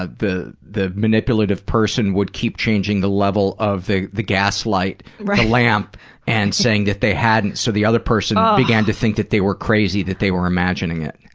ah the the manipulative person would keep changing the level of the the gas light the lamp and saying that they hadn't, so the other person began to think that they were crazy, that they were imagining it.